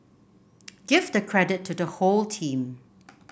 give the credit to the whole team